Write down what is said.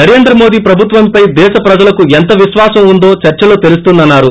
నరేంద్ర మోదీ ప్రభుత్వంపై దేశ ప్రజలకు ఎంత విశ్వాసం ఉందో చర్చలో తెలుస్తుందన్నారు